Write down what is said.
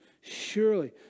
surely